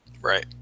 right